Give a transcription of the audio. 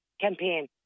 campaign